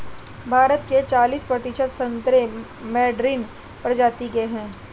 भारत के चालिस प्रतिशत संतरे मैडरीन प्रजाति के हैं